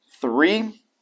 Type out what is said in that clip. three